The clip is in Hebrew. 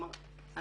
כלומר,